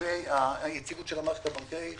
לגבי היציבות של המערכת הבנקאית.